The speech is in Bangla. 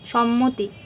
সম্মতি